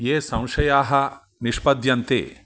ये संशयाः निष्पद्यन्ते